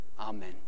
Amen